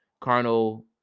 carnal